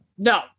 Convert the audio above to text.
No